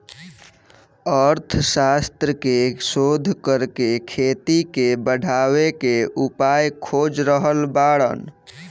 अर्थशास्त्र के शोध करके खेती के बढ़ावे के उपाय खोज रहल बाड़न